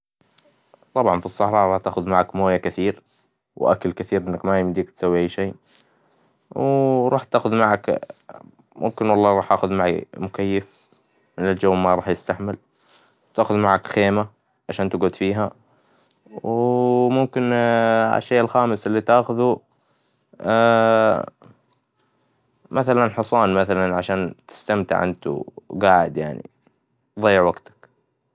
طبعاً في الصحراء راح تاخد معك موية كثير, وأكل كثير لانك ما يمديك تسوي أي شي, وراح تاخد معك وممكن والله أروح آخذ معي مكيف, لأن الجو ما راح يستحمل, وتاخذ معك خيمة, عشان تقعد فيها, و ممكن هالشي الخامس إللي تاخده, مثلاً حصان مثلاً عشان تستمتع انت وقاعد يعني, تظيع وقتك.